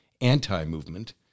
anti-movement